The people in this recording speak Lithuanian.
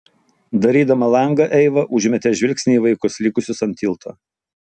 darydama langą eiva užmetė žvilgsnį į vaikus likusius ant tilto